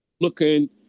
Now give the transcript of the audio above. looking